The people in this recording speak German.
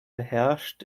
beherrscht